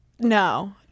no